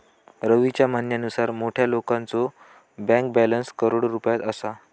रवीच्या म्हणण्यानुसार मोठ्या लोकांचो बँक बॅलन्स करोडो रुपयात असा